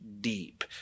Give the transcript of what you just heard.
deep